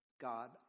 God